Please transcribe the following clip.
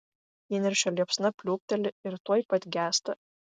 įniršio liepsna pliūpteli ir tuoj pat gęsta